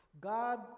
God